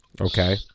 Okay